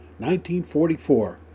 1944